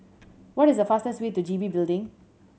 what is the fastest way to G B Building